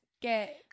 get